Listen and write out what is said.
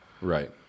Right